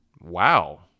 wow